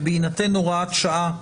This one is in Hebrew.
ובהינתן הוראת שעה,